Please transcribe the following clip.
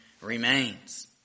remains